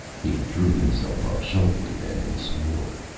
he drew himself up sharply then, and swore.